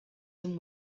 than